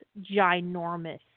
ginormous